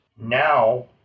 now